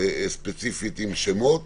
ספציפית עם שמות